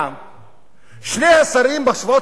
שני השרים ביקרו בשבועות האחרונים בשפרעם.